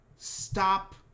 Stop